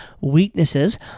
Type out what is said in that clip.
weaknesses